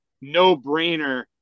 no-brainer